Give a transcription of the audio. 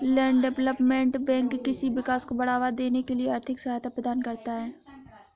land development bank कृषि विकास को बढ़ावा देने के लिए आर्थिक सहायता प्रदान करता है